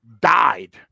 died